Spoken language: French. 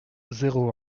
zéro